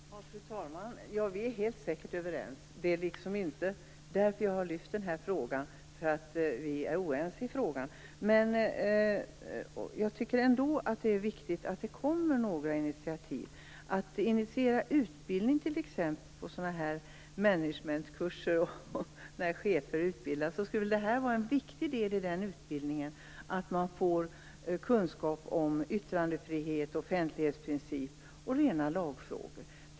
Fru talman! Vi är helt säkert överens. Jag har inte lyft fram denna fråga för att vi skulle vara oense. Jag tycker ändå att det är viktigt att det tas några initiativ. Det skall vara en viktig del i managementkurser och chefsutbildningar att få kunskap om yttrandefrihet, offentlighetsprincipen och rena lagfrågor.